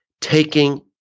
taking